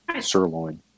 sirloin